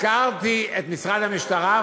הזכרתי את משרד המשטרה,